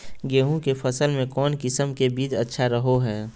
गेहूँ के फसल में कौन किसम के बीज अच्छा रहो हय?